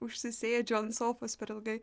užsisėdžiu ant sofos per ilgai